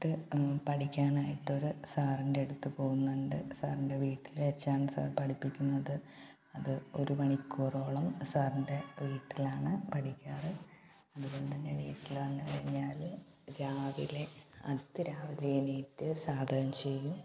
പഠിക്കാനായിട്ടൊരു സാറിൻ്റെ അടുത്ത് പോകുന്നുണ്ട് സാറിൻ്റെ വീട്ടിൽ വച്ചാണ് സാറ് പഠിപ്പിക്കുന്നത് അത് ഒരു മണിക്കൂറോളം സാറിൻ്റെ വീട്ടിലാണ് പഠിക്കാറുള്ളത് അതുകൊണ്ട് തന്നെ വീട്ടിൽ വന്ന് കഴിഞ്ഞാൽ രാവിലെ അതി രാവിലെ എണീറ്റ് സാധകം ചെയ്യും